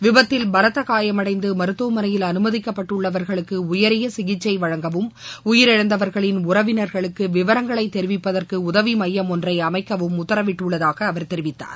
விபத்தில் பலத்த காயமடைந்து மருத்துவமனையில் அனுமதிக்கப்பட்டுள்ளவர்களுக்கு உயரிய சிகிச்சை வழங்கவும் உயிரிழந்தவர்களின் உறவினர்களுக்கு விவரங்களை தெரிவிப்பதற்கு உதவி மையம் ஒன்றை அமைக்கவும் உத்தரவிட்டுள்ளதாக அவர் தெரிவித்தார்